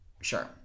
Sure